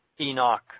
Enoch